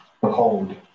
Behold